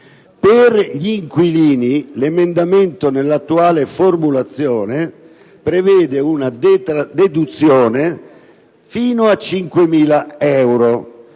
Per gli inquilini, l'emendamento, nell'attuale formulazione, prevede una deduzione fino a 5.000 euro.